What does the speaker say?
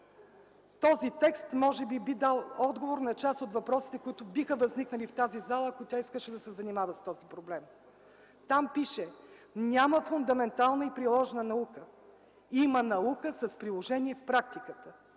Този текст може би щеше да даде отговор на част от въпросите, които биха възникнали в тази зала, ако тя искаше да се занимава с този проблем. Там пише: „Няма фундаментална и приложна наука! Има наука с приложение в практиката”.